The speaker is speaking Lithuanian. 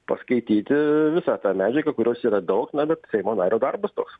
paskaityti visą tą medžiagą kurios yra daug na bet seimo nario darbas toks